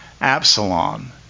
Absalom